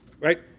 right